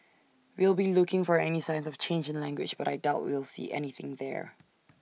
we'll be looking for any signs of change in language but I doubt we'll see anything there